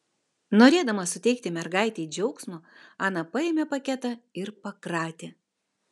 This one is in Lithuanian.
norėdama suteikti mergaitei džiaugsmo ana paėmė paketą ir pakratė